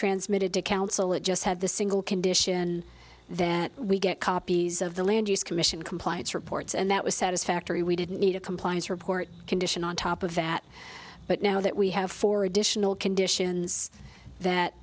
transmitted to council it just had the single condition that we get copies of the land use commission compliance reports and that was satisfactory we didn't need a compliance report condition on top of that but now that we have four additional conditions that